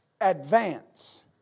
Advance